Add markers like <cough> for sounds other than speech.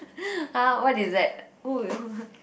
<noise> !huh! what is that <noise>